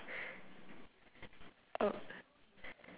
oh